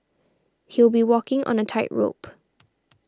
he'll be walking on a tightrope